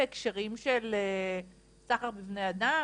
בהקשרים של סחר בבני אדם,